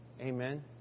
Amen